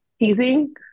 teasing